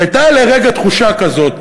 והייתה לרגע תחושה כזאת,